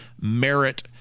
merit